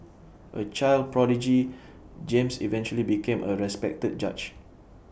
A child prodigy James eventually became A respected judge